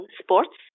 sports